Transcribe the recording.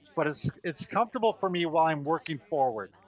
but it's it's comfortable for me while i'm working forward.